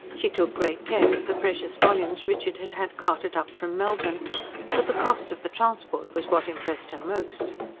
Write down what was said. she took great care of the precious volumes richard had had carted up from melbourne but the cost of the transport was what impressed her most.